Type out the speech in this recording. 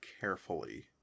carefully